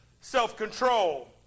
self-control